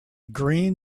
green